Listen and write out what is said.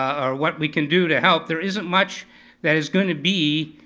or what we can do to help, there isn't much that is gonna be